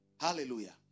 hallelujah